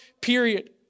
period